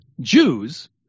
jews